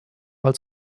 als